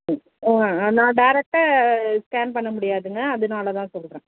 ம் நான் டேரக்ட்டாக ஸ்கேன் பண்ண முடியாதுங்க அதனால தான் சொல்கிறேன்